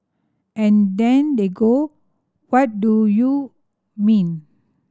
and then they go what do you mean